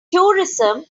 tourism